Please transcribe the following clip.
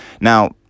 now